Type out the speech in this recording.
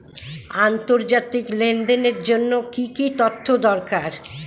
আন্তর্জাতিক লেনদেনের জন্য কি কি তথ্য দরকার?